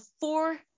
four